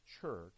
church